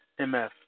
MF